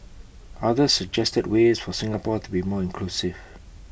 others suggested ways for Singapore to be more inclusive